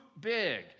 big